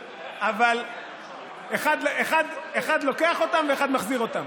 אחד לוקח אותם ואחד מחזיר אותם.